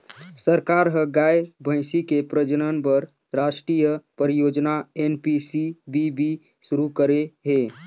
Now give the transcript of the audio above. सरकार ह गाय, भइसी के प्रजनन बर रास्टीय परियोजना एन.पी.सी.बी.बी सुरू करे हे